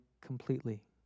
completely